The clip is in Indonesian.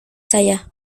saya